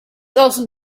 also